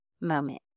moment